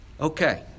okay